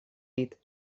dit